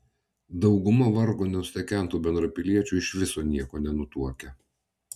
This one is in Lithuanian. dauguma vargo nustekentų bendrapiliečių iš viso nieko nenutuokia